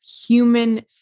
human